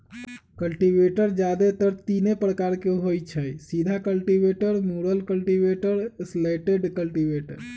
cultivator जादेतर तीने प्रकार के होई छई, सीधा कल्टिवेटर, मुरल कल्टिवेटर, स्लैटेड कल्टिवेटर